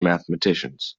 mathematicians